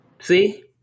See